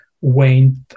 went